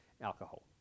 alcohol